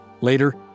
Later